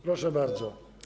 Proszę bardzo.